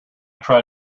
try